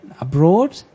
abroad